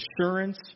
assurance